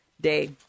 day